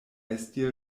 esti